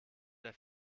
der